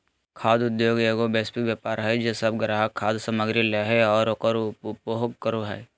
खाद्य उद्योगएगो वैश्विक व्यापार हइ जे सब ग्राहक खाद्य सामग्री लय हइ और उकर उपभोग करे हइ